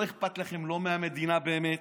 לא אכפת לכם מהמדינה באמת.